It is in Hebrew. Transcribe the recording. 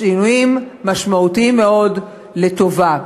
שינויים משמעותיים מאוד לטובה.